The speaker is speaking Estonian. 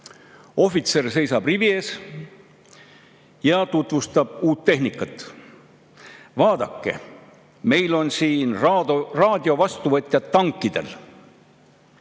Ohvitser seisab rivi ees ja tutvustab uut tehnikat: "Vaadake, meil on siin raadiovastuvõtjad tankidel."